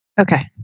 Okay